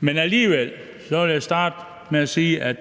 Men alligevel vil jeg starte med at sige om